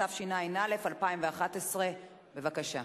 התשע"א 2011. בבקשה.